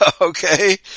okay